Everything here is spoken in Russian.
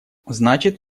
значит